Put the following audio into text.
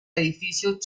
edificio